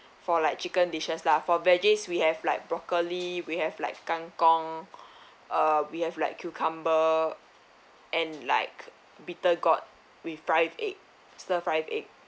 for like chicken dishes lah for veggies we have like broccoli we have like kangkong uh we have like cucumber and like bitter gourd with fried egg stir fried egg